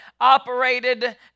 operated